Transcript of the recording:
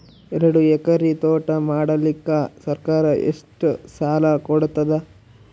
ಎರಡು ಎಕರಿ ತೋಟ ಮಾಡಲಿಕ್ಕ ಸರ್ಕಾರ ಎಷ್ಟ ಸಾಲ ಕೊಡತದ?